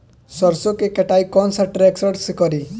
सरसों के कटाई कौन सा ट्रैक्टर से करी?